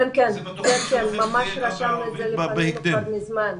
כן, כן, ממש רשמנו את זה לפנינו מזמן.